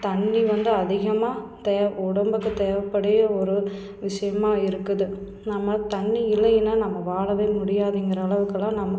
தண்ணி வந்து அதிகமாக தேவை உடம்புக்கு தேவைப்படுகிற ஒரு விஷியமாக இருக்குது நம்ம தண்ணி இல்லைன்னா நம்ம வாழவே முடியாதுங்கிற அளவுக்கெல்லாம் நம்ம